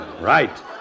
Right